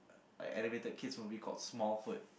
like animated kids movie called Smallfoot